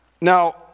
Now